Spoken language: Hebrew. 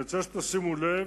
אני רוצה שתשימו לב: